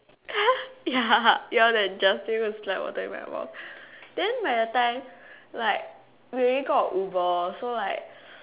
ya you are and Justin go and spray water in my mouth then by the time like we already got a Uber so like